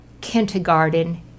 kindergarten